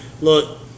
Look